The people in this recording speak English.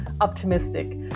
optimistic